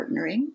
partnering